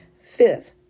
Fifth